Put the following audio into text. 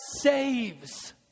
saves